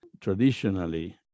traditionally